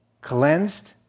cleansed